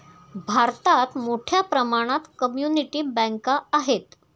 भारतात मोठ्या प्रमाणात कम्युनिटी बँका आहेत